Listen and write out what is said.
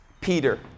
Peter